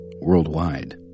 worldwide